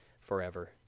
forever